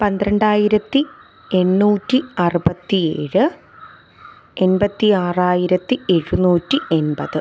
പന്ത്രണ്ടായിരത്തി എണ്ണൂറ്റി അറുപത്തി ഏഴ് എൺപത്തി ആറായിരത്തി എഴുന്നൂറ്റി എൺപത്